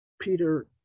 Peter